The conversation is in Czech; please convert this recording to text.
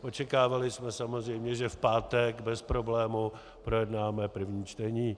Očekávali jsme samozřejmě, že v pátek bez problému projednáme první čtení.